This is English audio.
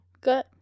Good